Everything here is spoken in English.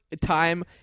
time